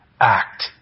act